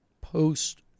post